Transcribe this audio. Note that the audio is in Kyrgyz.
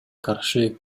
каршы